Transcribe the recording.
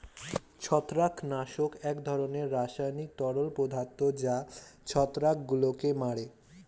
ছত্রাকনাশক এক ধরনের রাসায়নিক তরল পদার্থ যা ছত্রাকগুলোকে মারে